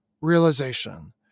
realization